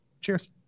cheers